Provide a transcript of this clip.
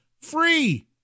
free